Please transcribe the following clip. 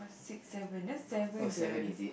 six seven that's seven girl